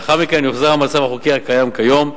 לאחר מכן יוחזר המצב החוקי הקיים כיום.